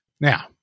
Now